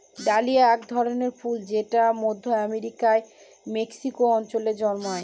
dahlia এক ধরনের ফুল যেটা মধ্য আমেরিকার মেক্সিকো অঞ্চলে জন্মায়